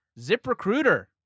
ZipRecruiter